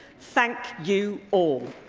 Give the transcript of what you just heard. thank you all.